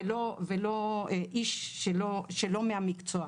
ולא איש שלא מהמקצוע.